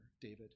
David